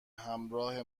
همراه